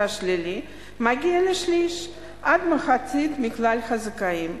שלילי מגיע לשליש עד מחצית מכלל הזכאים.